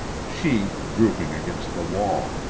she drooping against the wall.